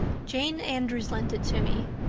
jane andrews lent it to me.